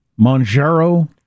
Monjaro